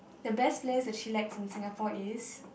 the best place to chillax in Singapore is